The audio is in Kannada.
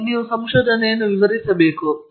ನಾನು ಸಮಯಕ್ಕೆ ಹೆಚ್ಚಾಗುತ್ತದೆಯೆಂದು ನಾನು ಭಾವಿಸುತ್ತಿದ್ದೇನೆ